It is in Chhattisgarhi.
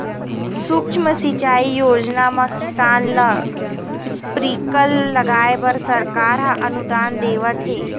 सुक्ष्म सिंचई योजना म किसान ल स्प्रिंकल लगाए बर सरकार ह अनुदान देवत हे